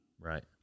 Right